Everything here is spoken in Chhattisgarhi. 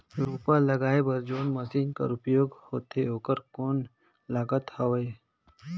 रोपा लगाय बर जोन मशीन कर उपयोग होथे ओकर कौन लागत हवय?